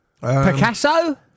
Picasso